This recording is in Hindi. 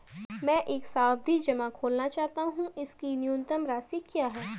मैं एक सावधि जमा खोलना चाहता हूं इसकी न्यूनतम राशि क्या है?